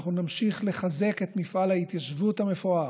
שאנחנו נמשיך לחזק את מפעל ההתיישבות המפואר,